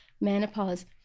menopause